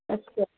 ਅੱਛਾ